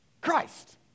Christ